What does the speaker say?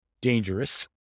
dangerous